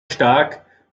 stark